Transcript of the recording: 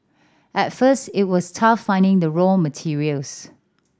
at first it was tough finding the raw materials